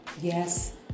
Yes